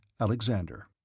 Alexander